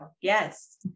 Yes